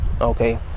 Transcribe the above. okay